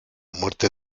muerte